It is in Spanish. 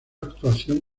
actuación